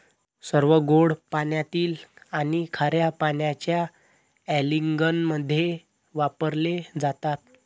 सर्व गोड पाण्यातील आणि खार्या पाण्याच्या अँलिंगमध्ये वापरले जातात